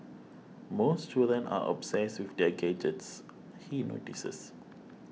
most children are obsessed with their gadgets he notices